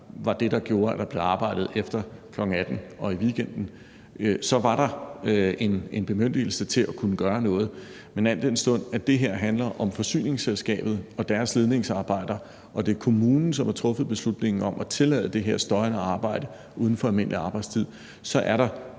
var det, der gjorde, at der blev arbejdet efter kl. 18.00 og i weekenden, så var der en bemyndigelse til at kunne gøre noget, men al den stund at det her handler om forsyningsselskabet og deres ledningsarbejder og det er kommunen, som har truffet beslutningen om at tillade det her støjende arbejde uden for almindelig arbejdstid, så er der